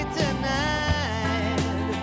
tonight